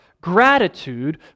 gratitude